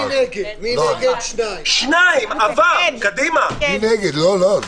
אני לא אמרתי, לא אני.